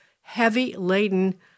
heavy-laden